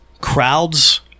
Crowds